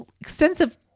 extensive